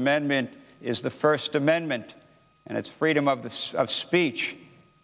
amendment is the first amendment and it's freedom of the source of speech